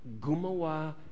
Gumawa